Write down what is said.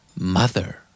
Mother